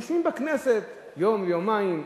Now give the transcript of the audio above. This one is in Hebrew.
יושבים בכנסת יום-יומיים,